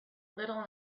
little